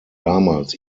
damals